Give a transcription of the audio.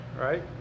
right